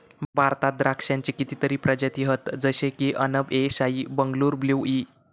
भारतात द्राक्षांची कितीतरी प्रजाती हत जशे की अनब ए शाही, बंगलूर ब्लू ई